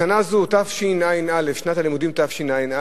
בשנה הזאת, תשע"א, שנת הלימודים תשע"א,